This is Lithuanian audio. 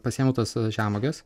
pasiėmiau tas žemuoges